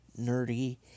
nerdy